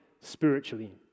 spiritually